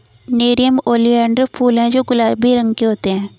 nerium oleander फूल हैं जो गुलाबी रंग के होते हैं